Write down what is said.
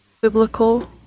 biblical